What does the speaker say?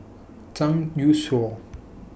Zhang Youshuo